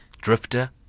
drifter